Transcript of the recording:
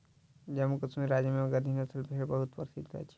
जम्मू कश्मीर राज्य में गद्दी नस्लक भेड़ बहुत प्रसिद्ध अछि